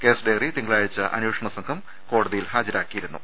case diary തിങ്കളാഴ്ച്ച അന്വേഷണ സംഘം കോടതി യിൽ ഹാജരാക്കിയിരുന്നു